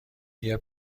بیا